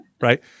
Right